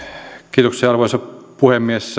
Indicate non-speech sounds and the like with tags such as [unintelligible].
kiitoksia arvoisa puhemies [unintelligible]